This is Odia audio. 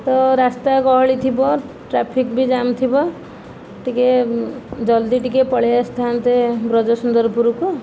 ତ ରାସ୍ତା ଗହଳି ଥିବ ଟ୍ରାଫିକ୍ ବି ଜାମ ଥିବ ଟିକିଏ ଜଲ୍ଦି ଟିକିଏ ପଳେଇ ଅସିଥାନ୍ତେ ବ୍ରଜସୁନ୍ଦରପୁରକୁ